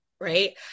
right